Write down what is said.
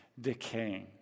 decaying